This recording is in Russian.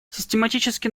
систематически